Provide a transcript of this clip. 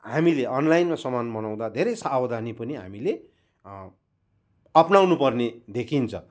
हामीले अनलाइनमा सामान मगाउँदा धेरै सावधानी पनि हामीले अप्नाउनुपर्ने देखिन्छ